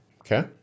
Okay